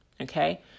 okay